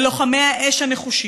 ללוחמי האש הנחושים,